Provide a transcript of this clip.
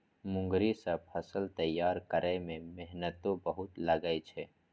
मूंगरी सं फसल तैयार करै मे मेहनतो बहुत लागै छै